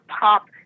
pop